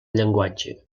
llenguatge